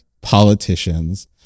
politicians